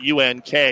UNK